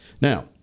Now